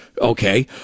Okay